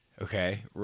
Okay